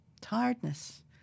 tiredness